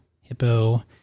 Hippo